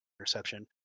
interception